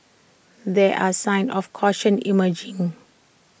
there are signs of caution emerging